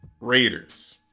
Raiders